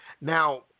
Now